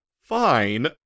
fine